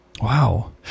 wow